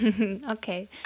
Okay